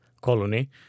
colony